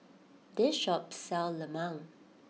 this shop sells Lemang